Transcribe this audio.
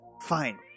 Fine